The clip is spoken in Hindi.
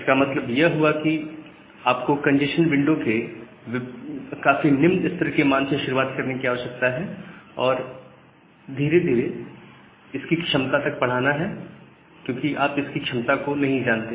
इसका मतलब यह हुआ कि आपको कंजेशन विंडो के काफी निम्न स्तर के मान से शुरुआत करने की आवश्यकता है और इसे धीरे धीरे इसकी क्षमता तक बढ़ाना है क्योंकि आप इसकी क्षमता को नहीं जानते